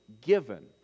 given